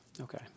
Okay